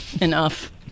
Enough